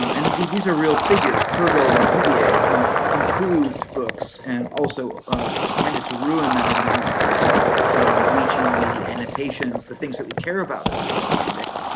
um and and these are real figures, purgold and heudier, who improved books and also tended to ruin them in many ways bleaching the annotations, the things that we care about as scholars today,